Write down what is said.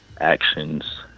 actions